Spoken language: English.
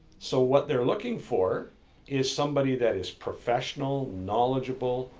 so what they're looking for is somebody that is professional, knowledgeable,